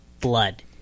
blood